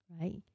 right